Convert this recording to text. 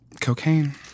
cocaine